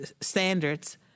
standards